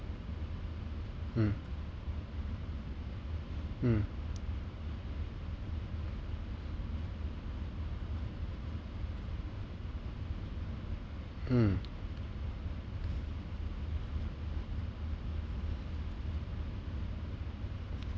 mm mm mm